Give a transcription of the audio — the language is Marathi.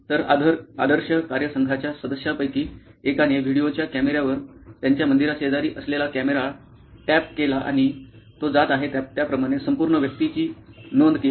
तर आदर्श कार्यसंघाच्या सदस्यांपैकी एकाने व्हिडिओच्या कॅमेर्यावर त्यांच्या मंदिरा शेजारी असलेला कॅमेरा टॅप केला आणि तो जात आहे त्याप्रमाणे संपूर्ण व्यक्तीची नोंद केली